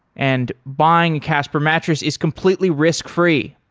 and buying casper mattress is completely risk-free.